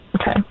Okay